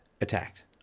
attacked